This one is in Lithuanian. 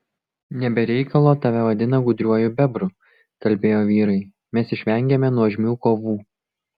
ne be reikalo tave vadina gudriuoju bebru kalbėjo vyrai mes išvengėme nuožmių kovų